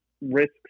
risks